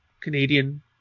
Canadian